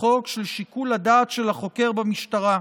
החוק של שיקול הדעת של החוקר במשטרה.